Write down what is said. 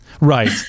right